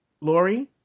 Lori